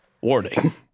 warning